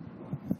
אלקין.